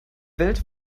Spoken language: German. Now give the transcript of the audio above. welt